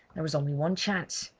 there was only one chance,